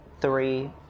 Three